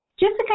Jessica